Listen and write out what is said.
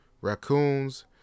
raccoons